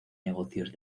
negocios